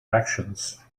actions